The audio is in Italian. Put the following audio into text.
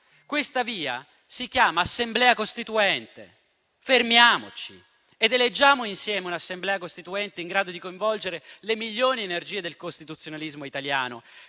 Questa via si chiama Assemblea costituente. Fermiamoci ed eleggiamo insieme un'Assemblea costituente in grado di coinvolgere le migliori energie del costituzionalismo italiano,